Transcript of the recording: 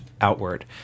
outward